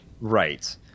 Right